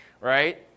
Right